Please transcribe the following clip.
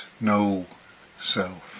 no-self